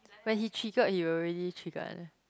when he triggered he will really triggered